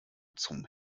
zum